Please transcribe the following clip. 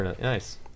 Nice